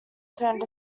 turned